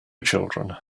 children